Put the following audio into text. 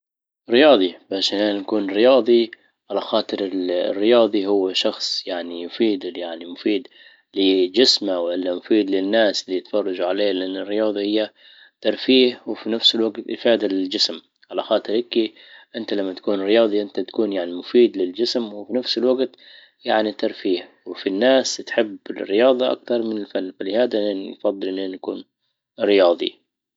رياضي باش ان انا اكون رياضي على خاطر الرياضي هو شخص يعني يفيد يعني مفيد لجسمه والا مفيد للناس للي بيتفرجوا عليه لان الرياضة اياه ترفيه وفي نفس الوجت افادة للجسم. على خاطر هيكى انت لما تكون رياضي انت تكون يعني مفيد للجسم وفي نفس الوقت يعني ترفيه وفيه الناس تحب الرياضة اكتر من الفن فلهذا نفضل اننا نكون رياضي